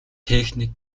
техник